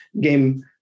game